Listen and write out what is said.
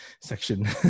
section